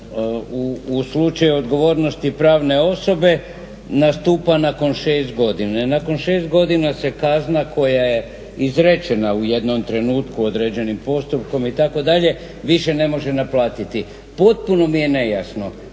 u slučaju odgovornosti pravne osobe nastupa nakon šest godine i nakon šest godina se kazna koja je izrečena u jednom trenutku određenim postupkom itd. više ne može naplatiti. Potpuno mi je nejasno